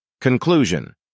Conclusion